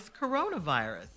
coronavirus